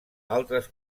altres